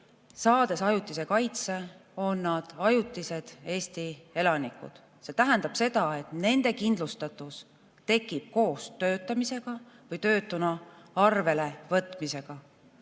saavad ajutise kaitse, on nad ajutised Eesti elanikud. See tähendab seda, et nende kindlustatus tekib koos töötamisega või töötuna arvelevõtmisega.